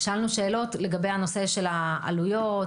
שאלנו שאלות לגבי הנושא של העלויות,